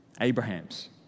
Abraham's